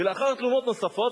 ולאחר תלונות נוספות,